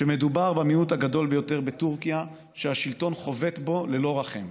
שמדובר במיעוט הגדול ביותר בטורקיה שהשלטון חובט בו ללא רחם.